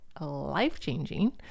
life-changing